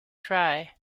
dry